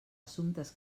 assumptes